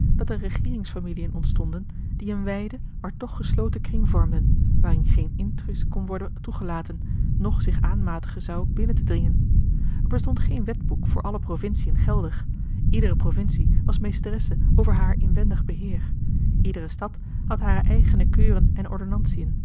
dat er regeeringsfamiliën ontstonden die een wijden maar toch gesloten kring vormden waarin geen intrus kon worden toegelaten noch zich aanmatigen zou binnen te dringen er bestond geen wetboek voor alle provinciën geldig iedere provincie was meesteresse over haar inwendig beheer iedere stad had hare eigene keuren en